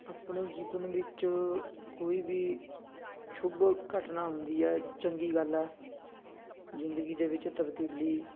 ਆਪਣੇ ਜੀਵਨ ਵਿੱਚ ਕੋਈ ਵੀ ਸ਼ੁਭ ਘਟਨਾ ਹੁੰਦੀ ਹੈ ਚੰਗੀ ਗੱਲ ਹੈ ਜ਼ਿੰਦਗੀ ਦੇ ਵਿੱਚ ਤਬਦੀਲੀ